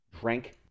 drank